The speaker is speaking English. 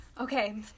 Okay